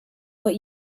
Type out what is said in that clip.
what